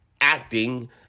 acting